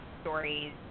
stories